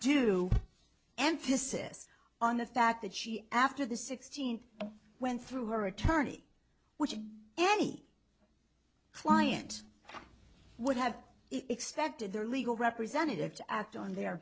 undue emphasis on the fact that she after the sixteenth went through her attorney which is any client would have expected their legal representative to act on their